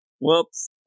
Whoops